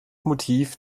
motiv